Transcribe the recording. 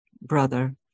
brother